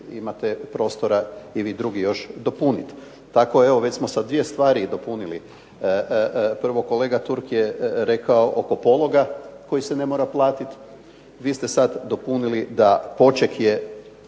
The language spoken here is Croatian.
imate prostora i vi drugi još dopuniti. Tako evo već smo sa dvije stvari dopunili. Prvo kolega Turk je rekao oko pologa koji se ne mora platiti. Vi ste sada dopunili da poček je